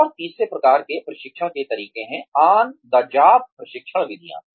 और तीसरे प्रकार के प्रशिक्षण के तरीके हैं ऑन द जॉब प्रशिक्षण विधियां